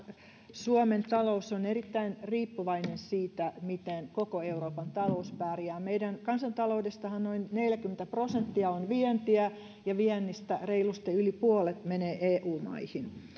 suomen talous on erittäin riippuvainen siitä miten koko euroopan talous pärjää meidän kansantaloudestammehan noin neljäkymmentä prosenttia on vientiä ja viennistä reilusti yli puolet menee eu maihin